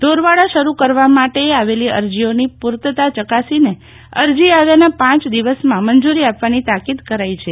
ઢોરવાડા શરૂ કરવા માટે આવેલી અરજીઓની પૂર્તતા ચકાસીને અરજી આવ્યાના પાંચ દિવસમાં મંજૂરી આપવામા તાકિદ કરાઈ છે